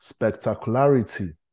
spectacularity